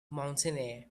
mountaineer